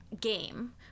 game